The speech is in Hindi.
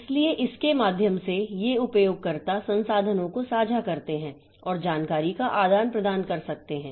इसलिए इसके माध्यम से ये उपयोगकर्ता संसाधनों को साझा करते हैं और जानकारी का आदान प्रदान कर सकते हैं